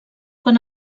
quan